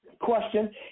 question